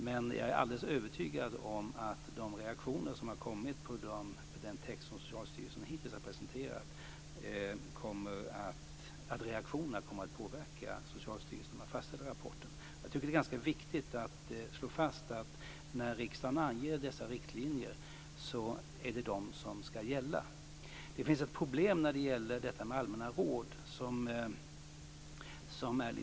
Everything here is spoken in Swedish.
Men jag är alldeles övertygad om att de reaktioner som har kommit på den text som Socialstyrelsen hittills har presenterat kommer att påverka Socialstyrelsen när man fastställer rapporten. Jag tycker att det är ganska viktigt att slå fast att när riksdagen anger dessa riktlinjer är det de som skall gälla. Det finns ett problem med allmänna råd.